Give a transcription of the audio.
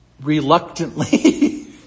reluctantly